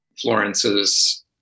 Florence's